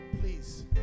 Please